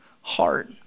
heart